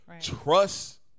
Trust